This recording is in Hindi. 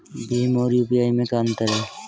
भीम और यू.पी.आई में क्या अंतर है?